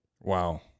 Wow